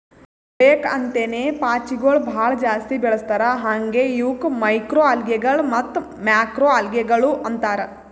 ಬೇಕ್ ಅಂತೇನೆ ಪಾಚಿಗೊಳ್ ಭಾಳ ಜಾಸ್ತಿ ಬೆಳಸ್ತಾರ್ ಹಾಂಗೆ ಇವುಕ್ ಮೈಕ್ರೊಅಲ್ಗೇಗಳ ಮತ್ತ್ ಮ್ಯಾಕ್ರೋಲ್ಗೆಗಳು ಅಂತಾರ್